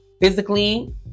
physically